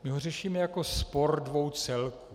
My ho řešíme jako spor dvou celků.